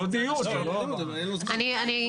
אני לא מסכים אתכם.